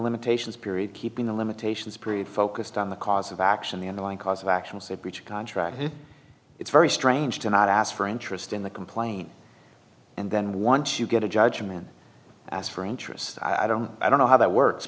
limitations period keeping the limitations period focused on the cause of action the underlying cause of action is a breach of contract here it's very strange to not ask for interest in the complaint and then once you get a judgment as for interest i don't know i don't know how that works